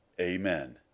Amen